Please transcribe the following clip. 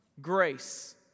grace